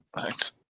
Thanks